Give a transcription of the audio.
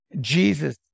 Jesus